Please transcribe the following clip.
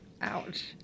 Ouch